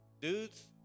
dudes